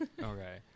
Okay